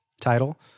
title